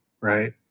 right